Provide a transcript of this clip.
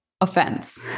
offense